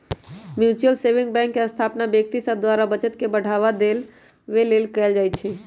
mutual saving bank के स्थापना व्यक्ति सभ द्वारा बचत के बढ़ावा देबे लेल कयल जाइ छइ